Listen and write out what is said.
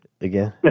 again